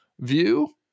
view